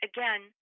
Again